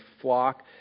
flock